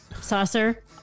Saucer